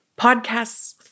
Podcasts